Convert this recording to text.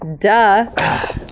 Duh